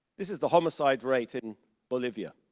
this is the homicide rate in bolivia.